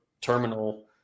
terminal